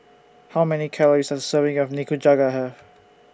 How Many Calories Does A Serving of Nikujaga Have